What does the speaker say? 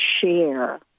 share